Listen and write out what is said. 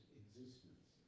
existence